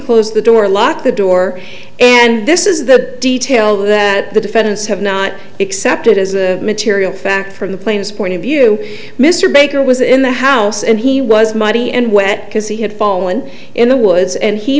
closed the door locked the door and this is the detail that the defendants have not accepted as a material fact from the plains point of view mr baker was in the house and he was muddy and wet because he had fallen in the woods and he